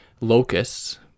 locusts